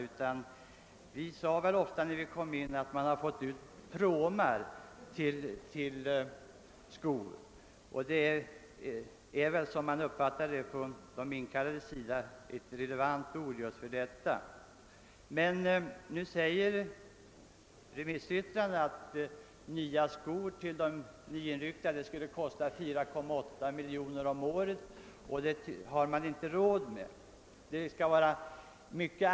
Vi som ryckte in sade ofta till varandra att vi hade fått ut »pråmar till skor», och enligt de inkallades uppfattning är detta en relevant benämning. I remissyttrandena framhåller man att nya skor till de nyinryckta skulle kosta 4,8 miljoner kronor om året, vilket man menar att vi inte har råd med. Man.